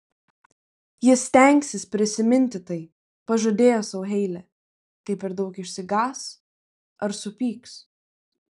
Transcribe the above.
ji stengsis prisiminti tai pažadėjo sau heilė kai per daug išsigąs ar supyks